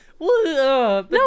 No